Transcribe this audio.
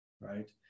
right